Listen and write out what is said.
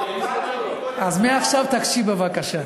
לא, לא, קיבלתי, אז מעכשיו תקשיב בבקשה.